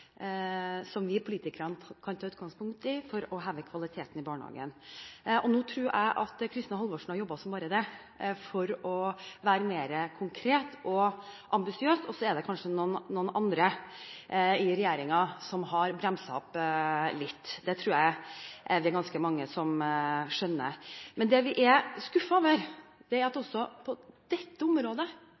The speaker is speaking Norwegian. som vi politikere kan ta utgangspunkt i – for å heve kvaliteten i barnehagene. Jeg tror at Kristin Halvorsen har jobbet som bare det for å være mer konkret og ambisiøs, og så er det kanskje noen andre i regjeringen som har bremset opp litt. Det tror jeg det er ganske mange som skjønner. Det vi er skuffet over, er at også på dette området